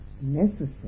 necessary